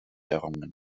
errungen